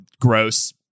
gross